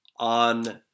on